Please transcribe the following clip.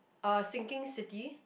a sinking city